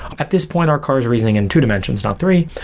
at this point, our car is reasoning in two dimensions, not three.